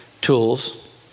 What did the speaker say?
tools